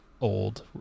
old